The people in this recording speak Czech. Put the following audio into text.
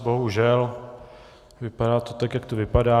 Bohužel, vypadá to tak, jak to vypadá.